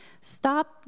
Stop